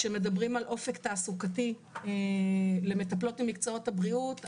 כשמדברים על אופק תעסוקתי למטפלות ממקצועות הבריאות,